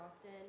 often